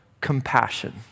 compassion